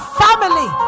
family